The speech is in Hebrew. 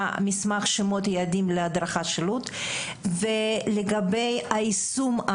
מסמך שמות יעדים להדרכת שילוט ולגבי היישום,